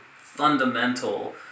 fundamental